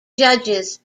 judges